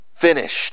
finished